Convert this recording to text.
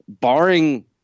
barring